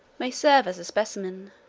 may serve as a specimen.